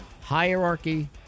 hierarchy